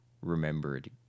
remembered